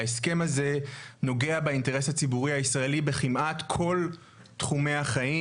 ההסכם הזה נוגע באינטרס הציבורי הישראלי בכמעט כל תחומי החיים,